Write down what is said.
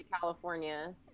California